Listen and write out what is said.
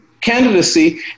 candidacy